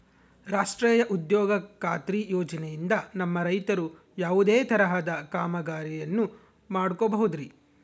ರಾಷ್ಟ್ರೇಯ ಉದ್ಯೋಗ ಖಾತ್ರಿ ಯೋಜನೆಯಿಂದ ನಮ್ಮ ರೈತರು ಯಾವುದೇ ತರಹದ ಕಾಮಗಾರಿಯನ್ನು ಮಾಡ್ಕೋಬಹುದ್ರಿ?